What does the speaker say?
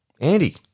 Andy